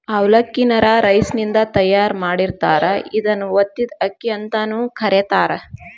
ಅವಲಕ್ಕಿ ನ ರಾ ರೈಸಿನಿಂದ ತಯಾರ್ ಮಾಡಿರ್ತಾರ, ಇದನ್ನ ಒತ್ತಿದ ಅಕ್ಕಿ ಅಂತಾನೂ ಕರೇತಾರ